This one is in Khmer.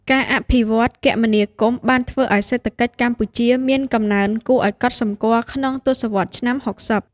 ការអភិវឌ្ឍគមនាគមន៍បានធ្វើឱ្យសេដ្ឋកិច្ចកម្ពុជាមានកំណើនគួរឱ្យកត់សម្គាល់ក្នុងទសវត្សរ៍ឆ្នាំ ៦០។